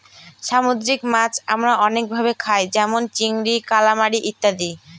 সামুদ্রিক মাছ আমরা অনেক ভাবে খায় যেমন চিংড়ি, কালামারী ইত্যাদি